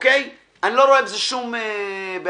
אני לא רואה בזה שום בעיה,